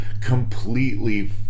completely